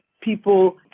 people